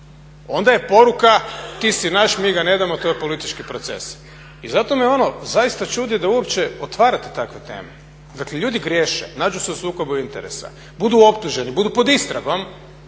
onda je poruka ti si naš, mi ga ne damo to je politički proces. I zato me ono zaista čudi da uopće otvarate takve teme. Dakle ljudi griješe, nađu se u sukobu interesa, budu optuženi, budu pod istragom.